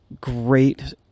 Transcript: great